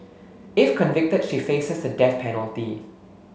if convicted she faces the death penalty